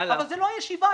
אבל זאת לא הישיבה.